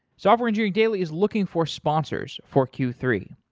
software engineering daily is looking for sponsors for q three.